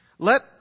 Let